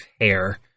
Hair